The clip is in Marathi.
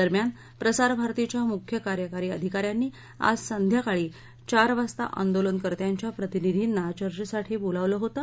दरम्यान प्रसारभारताच्या मुख्य कार्यकारी आधिकाऱ्यांनी आज संध्याकाळी चार वाजता आंदोलनकर्त्यांच्या प्रतिनिधींना चर्चेसाठी बोलावलं होतं